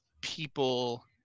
people